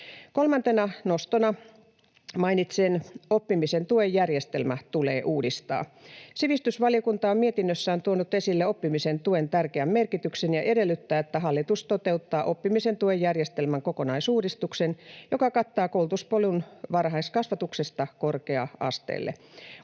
Kolmantena nostona mainitsen: oppimisen tuen järjestelmä tulee uudistaa. Sivistysvaliokunta on mietinnössään tuonut esille oppimisen tuen tärkeän merkityksen ja edellyttää, että hallitus toteuttaa oppimisen tuen järjestelmän kokonaisuudistuksen, joka kattaa koulutuspolun varhaiskasvatuksesta korkea-asteelle.